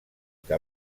que